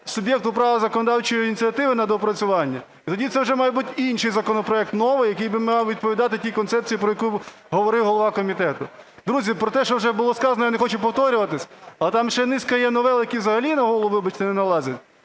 суб'єкту права законодавчої ініціативи на доопрацювання, і тоді це вже має бути інший законопроект, новий, який би мав відповідати тій концепції, про яку говорив голова комітету. Друзі, про те, що вже було сказано, я не хочу повторюватись, але там ще низка є новел, які взагалі на голову, вибачте, не налазять.